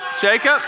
Jacob